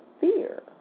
fear